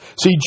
See